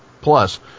plus